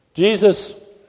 Jesus